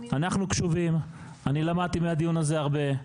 אנחנו קשובים, אני למדתי מהדיון הזה הרבה.